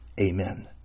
Amen